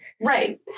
Right